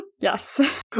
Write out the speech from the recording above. Yes